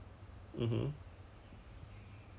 like 他他没有打算要回去 Korea liao